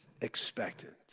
expectant